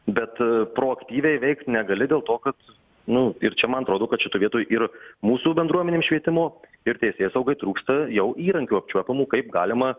bet proaktyviai veikt negali dėl to kad nu ir čia man atrodo kad šitoj vietoj ir mūsų bendruomenėm švietimo ir teisėsaugai trūksta jau įrankių apčiuopiamų kaip galima